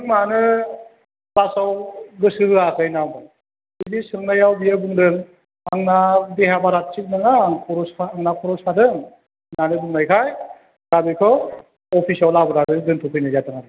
नों मानो क्लासआव गोसो होआखै होनना बिदि सोंनायाव बियो बुंदों आंना देहा बारा थिग नङा आंना खर' सादों होननानै बुंनायखाय दा बिखौ अफिसाव लाबोनानै दोनथ'फैनाय जादों आरो